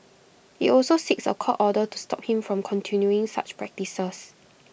IT also seeks A court order to stop him from continuing such practices